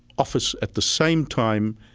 office at the same time,